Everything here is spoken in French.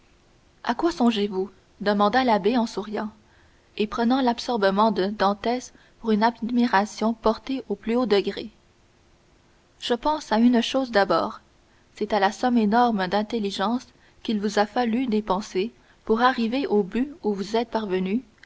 à quoi songez-vous demanda l'abbé en souriant et prenant l'absorbement de dantès pour une admiration portée au plus haut degré je pense à une chose d'abord c'est à la somme énorme d'intelligence qu'il vous a fallu dépenser pour arriver au but où vous êtes parvenu